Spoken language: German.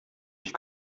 ich